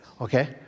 Okay